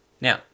Now